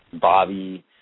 Bobby